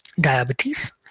diabetes